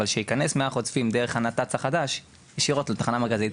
אבל שייכנס מהר חוצבים דרך הנת"צ החדש ישירות לתחנה מרכזית.